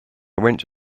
went